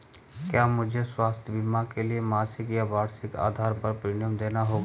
क्या मुझे स्वास्थ्य बीमा के लिए मासिक या वार्षिक आधार पर प्रीमियम देना होगा?